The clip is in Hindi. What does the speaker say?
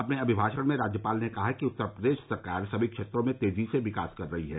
अपने अभिभाषण में राज्यपाल ने कहा उत्तर प्रदेश सरकार सभी क्षेत्रों में तेजी से विकास कर रही है